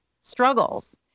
struggles